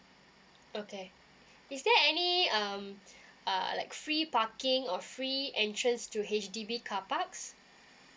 okay is there any um err like free parking or free entrance to H_D_B carparks